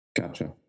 Gotcha